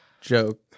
joke